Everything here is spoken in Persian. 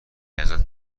ازت